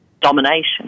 domination